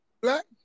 black